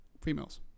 females